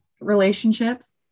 relationships